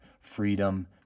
freedom